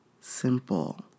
simple